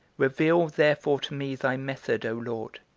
reveal therefore to me thy method, o lord,